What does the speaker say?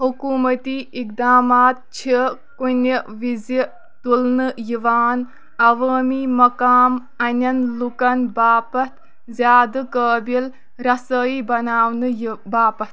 حکوٗمتی اِقدامات چھِ کُنہِ وِزِ تُلنہٕ یِوان عوٲمی مقام انٮ۪ن لوٗکَن باپتھ زِیٛادٕ قٲبِل رسٲیی بناونہٕ باپتھ